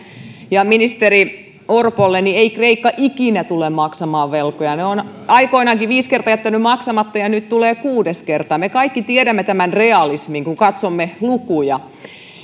ja ministeri orpolle kreikka ei ikinä tule maksamaan velkojaan se on aikoinaankin viisi kertaa jättänyt maksamatta ja nyt tulee kuudes kerta me kaikki tiedämme tämän realismin kun katsomme lukuja